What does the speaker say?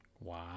Wow